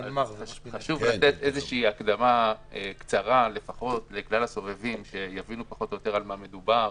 חשוב לתת איזו הקדמה קצרה לנוכחים כדי שיבינו פחות או יותר במה מדובר